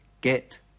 Get